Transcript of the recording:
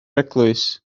eglwys